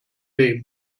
name